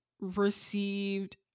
received